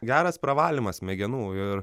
geras pravalymas smegenų ir